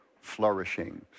flourishing